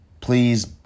Please